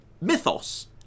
mythos